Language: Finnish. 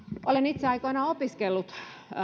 olen itse aikoinaan opiskellut